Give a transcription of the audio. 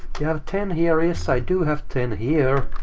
yeah have ten here, yes i do have ten here.